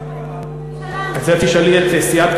זה תשאלי את סיעת,